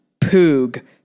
POOG